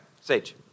Sage